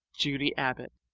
judy abbott